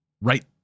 right